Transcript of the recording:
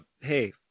hey